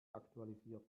aktualisiert